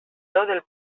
del